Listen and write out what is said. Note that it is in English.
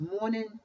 morning